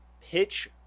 pitch